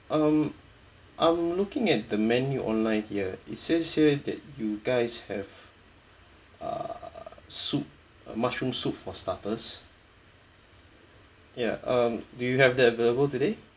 um I'm looking at the menu online here it says here that you guys have uh soup uh mushroom soup for starters ya um do you have that available today